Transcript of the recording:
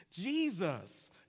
Jesus